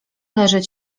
leżeć